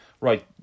Right